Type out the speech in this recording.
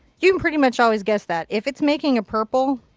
you can pretty much always guess that. if it's making a purple,